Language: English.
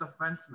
defenseman